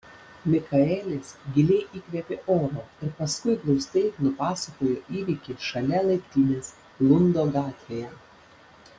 mikaelis giliai įkvėpė oro ir paskui glaustai nupasakojo įvykį šalia laiptinės lundo gatvėje